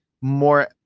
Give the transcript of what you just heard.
more